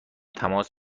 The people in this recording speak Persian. تماس